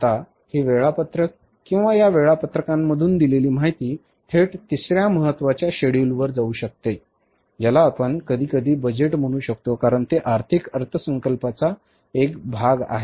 आता ही वेळापत्रक किंवा या वेळापत्रकांमधून दिलेली माहिती थेट तिसर्या महत्त्वाच्या शेड्यूलवर जाऊ शकते ज्याला आपण कधीकधी बजेट म्हणू शकतो कारण ते आर्थिक अर्थसंकल्पाचा एक भाग आहे